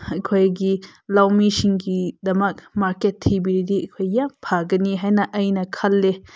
ꯑꯩꯈꯣꯏꯒꯤ ꯂꯧꯃꯤꯁꯤꯡꯒꯤꯗꯃꯛ ꯃꯥꯔꯀꯦꯠ ꯊꯤꯕꯤꯔꯗꯤ ꯑꯩꯈꯣꯏ ꯌꯥꯝ ꯐꯒꯅꯤ ꯍꯥꯏꯅ ꯑꯩꯅ ꯈꯜꯂꯤ